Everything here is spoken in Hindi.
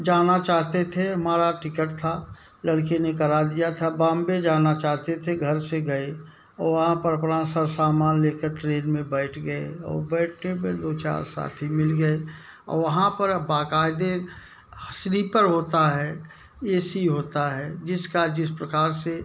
जाना चाहते थे हमारा टिकट था लड़के ने करा दिया था बॉम्बे जाना चाहते थे घर से गए वहाँ पर अपना सर समान लेकर ट्रेन में बैठ गए ओ बैठने पर दो चार साथी मिल गए वहाँ पर अब बकायदे स्लिपर होता हैं ए सी होता हैं जिसका जिस प्रकार से